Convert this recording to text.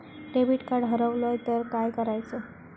Debit card हरवल तर काय करायच?